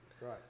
right